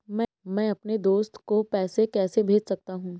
मैं अपने दोस्त को पैसे कैसे भेज सकता हूँ?